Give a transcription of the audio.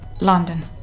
London